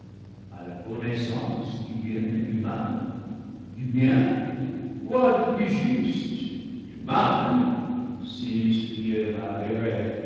à la connaissance du bien et du mal du bien quoi de plus juste du mal